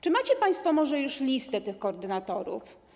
Czy macie państwo już może listę tych koordynatorów?